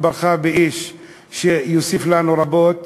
התברכה באיש שיוסיף לנו רבות.